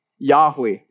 Yahweh